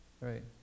Right